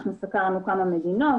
סקרנו כמה מדינות,